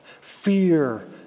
Fear